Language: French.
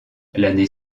l’année